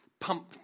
pump